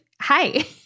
Hi